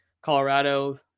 Colorado